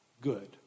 good